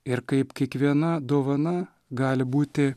ir kaip kiekviena dovana gali būti